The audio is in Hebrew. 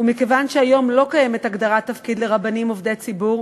ומכיוון שהיום לא קיימת הגדרת תפקיד לרבנים עובדי ציבור,